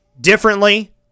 differently